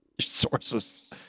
sources